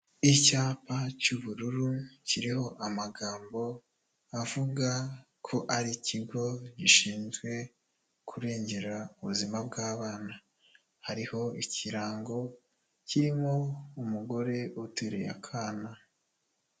Icyapa cy'ubururu kiriho amagambo avuga ko ari ikigo gishinzwe kurengera ubuzima bw'abana hariho ikirango kirimo umugore uteruye akana.